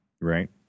Right